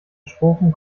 strophen